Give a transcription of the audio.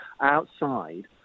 outside